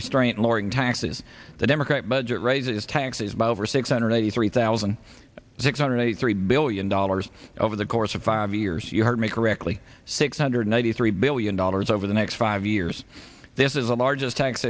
restraint lowering taxes the democrat budget raises taxes by over six hundred eighty three thousand six hundred eighty three billion dollars over the course of five years you heard me correctly six hundred ninety three billion dollars over the next five years this is the largest tax